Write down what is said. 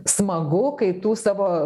smagu kai tų savo